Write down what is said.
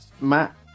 Matt